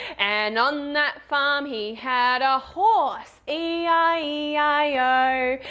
and on that farm he had a horse e i e i o.